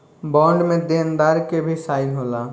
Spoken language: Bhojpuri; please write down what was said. बॉन्ड में देनदार के भी साइन होला